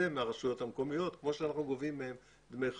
מהרשויות המקומיות כמו שאנחנו גובים מהם דמי חבר.